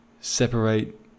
separate